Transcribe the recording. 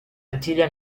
attilia